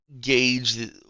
gauge